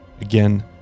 Again